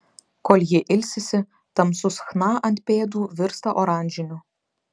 kol ji ilsisi tamsus chna ant pėdų virsta oranžiniu